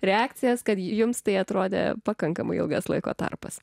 reakcijas kad jums tai atrodė pakankamai ilgas laiko tarpas